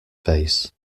face